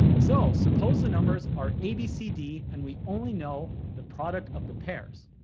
so suppose the numbers are a, b, c, d and we only know the product of the pairs.